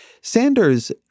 Sanders